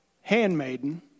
handmaiden